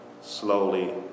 slowly